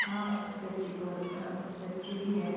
हाँ उससे अच्छी कौल उससे अच्छी भी है